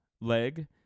leg